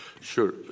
Sure